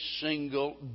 single